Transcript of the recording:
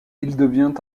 devient